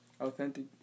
authentic